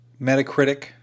Metacritic